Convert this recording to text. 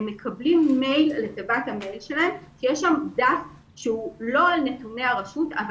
הם מקבלים מייל לתיבת המייל שלהם ויש דף שהוא לא על נתוני הרשות אבל